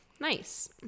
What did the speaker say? Nice